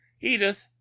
Edith